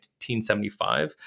1975